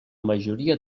majoria